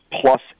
plus